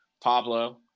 Pablo